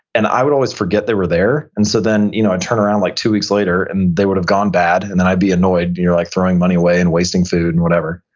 and i would always forget they were there. and so then you know i'd turn around like two weeks later, and they would have gone bad and then i'd be annoyed. you're like throwing money away and wasting food and whatever.